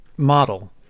model